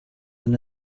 than